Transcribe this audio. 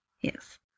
Yes